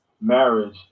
marriage